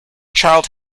child